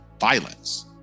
violence